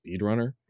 speedrunner